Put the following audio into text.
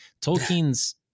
Tolkien's